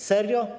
Serio?